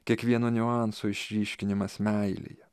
kiekvieno niuanso išryškinimas meilėje